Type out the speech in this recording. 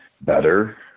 better